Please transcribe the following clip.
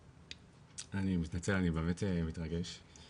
אני מתנצל אני באמת מתרגש,